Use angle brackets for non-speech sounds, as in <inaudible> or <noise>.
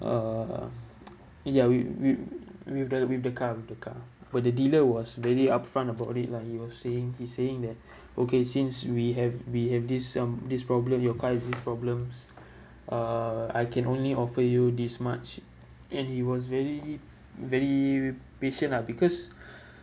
uh ya with with with the with the car with the car but the dealer was already upfront about it ah he was saying he saying that <breath> okay since we have we have this um this problem your car has problems uh I can only offer you this much and he was very very patient lah because <breath>